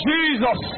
Jesus